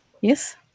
Yes